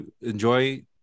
enjoy